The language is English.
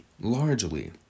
largely